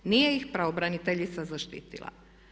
Nije ih pravobraniteljica zaštitila.